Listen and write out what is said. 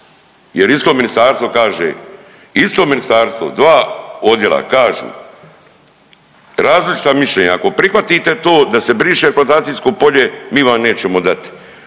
jer isto ministarstvo kaže, isto ministarstvo, dva odjela kažu, različita mišljenja, ako prihvatite to da se briše eksploatacijsko polje mi vam nećemo dati,